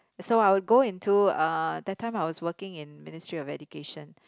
so I will go into uh that time I was working in Ministry of Education